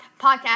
podcast